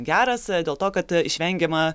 geras dėl to kad išvengiama